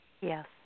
Yes